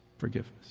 forgiveness